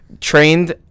trained